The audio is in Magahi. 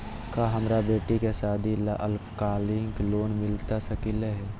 का हमरा बेटी के सादी ला अल्पकालिक लोन मिलता सकली हई?